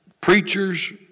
Preachers